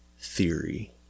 theory